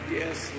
yes